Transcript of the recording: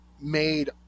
made